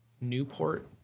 Newport